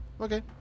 Okay